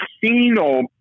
casino